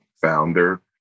founder